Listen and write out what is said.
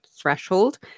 threshold